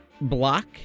Block